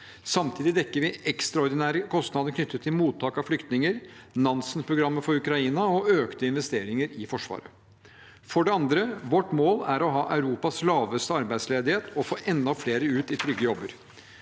Samtidig dekker vi ekstraordinære kostnader knyttet til mottak av flyktninger, Nansen-programmet for Ukraina og økte investeringer i Forsvaret. For det andre: Vårt mål er å ha Europas laveste arbeidsledighet og få enda flere ut i trygge jobber.